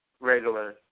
regular